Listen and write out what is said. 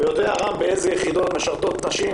יודע רם בן ברק באילו יחידות משרתות נשים,